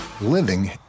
living